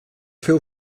féu